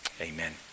Amen